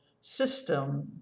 system